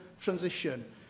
transition